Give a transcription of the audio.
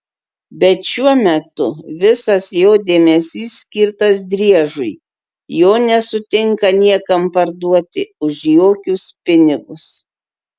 bet šiuo metu visas jo dėmesys skirtas driežui jo nesutinka niekam parduoti už jokius pinigus